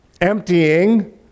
Emptying